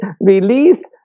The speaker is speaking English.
release